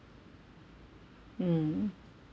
hmm